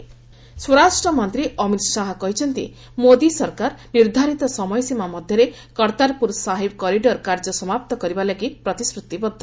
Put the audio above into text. home minister Kartarpur ସ୍ୱରାଷ୍ଟ୍ର ମନ୍ତ୍ରୀ ଅମିତ ଶାହା କହିଛନ୍ତି ମୋଦି ସରକାର ନିର୍ଦ୍ଧାରିତ ସମୟସୀମା ମଧ୍ୟରେ କର୍ତ୍ତାରପୁର ସାହିବ୍ କରିଡର କାର୍ଯ୍ୟ ସମାପ୍ତ କରିବା ଲାଗି ପ୍ରତିଶ୍ରତିବଦ୍ଧ